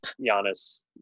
Giannis